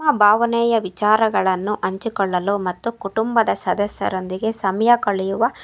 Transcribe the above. ನಮ್ಮ ಭಾವನೆಯ ವಿಚಾರಗಳನ್ನು ಹಂಚಿಕೊಳ್ಳಲು ಮತ್ತು ಕುಟುಂಬದ ಸದಸ್ಯರೊಂದಿಗೆ ಸಮಯ ಕಳೆಯುವ